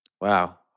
Wow